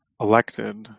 elected